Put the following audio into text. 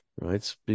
right